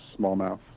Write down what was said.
smallmouth